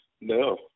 No